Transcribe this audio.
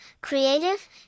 creative